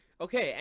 Okay